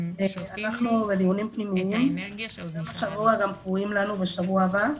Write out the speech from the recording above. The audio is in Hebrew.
אנחנו בדיונים פנימיים שקבועים לנו השבוע וגם בשבוע הבא.